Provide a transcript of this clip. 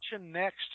Next